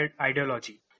ideology